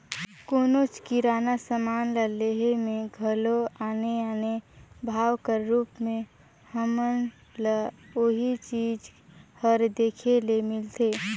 कोनोच किराना समान ल लेहे में घलो आने आने भाव कर रूप में हमन ल ओही चीज हर देखे ले मिलथे